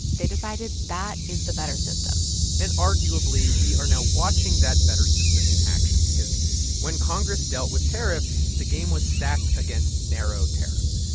they decided that is the better system and arguably, we are now watching that better system in action because when congress dealt with tariffs, the game was stacked against narrow tariffs.